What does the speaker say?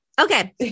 Okay